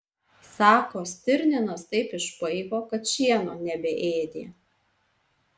sako stirninas taip išpaiko kad šieno nebeėdė